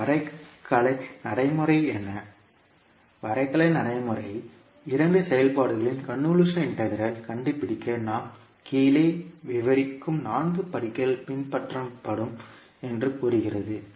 வரைகலை நடைமுறை என்ன வரைகலை நடைமுறை இரண்டு செயல்பாடுகளின் கன்வொல்யூஷன் இன்டெக்ரல் கண்டுபிடிக்க நாம் கீழே விவரிக்கும் நான்கு படிகள் பின்பற்றப்படும் என்று கூறுகிறது